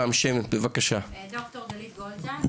שמי ד״ר גלית גולדז׳ק,